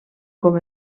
com